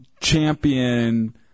champion